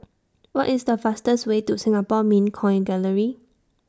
What IS The fastest Way to Singapore Mint Coin Gallery